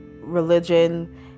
religion